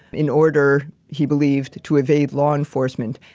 in order he believed to evade law enforcement.